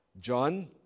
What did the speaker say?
John